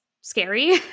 scary